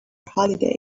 holiday